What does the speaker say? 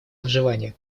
выживания